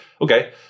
okay